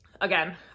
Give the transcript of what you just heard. again